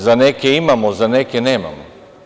Za neke imamo, za neke nemamo.